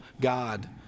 God